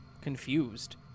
confused